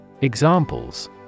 Examples